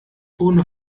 ohne